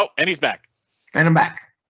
but and he's back and i'm back.